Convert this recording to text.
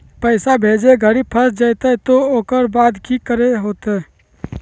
पैसा भेजे घरी फस जयते तो ओकर बाद की करे होते?